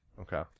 Okay